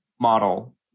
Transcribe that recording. model